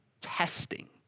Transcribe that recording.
testing